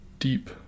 deep